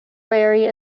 vary